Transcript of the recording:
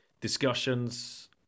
discussions